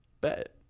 bet